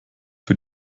für